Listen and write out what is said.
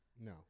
No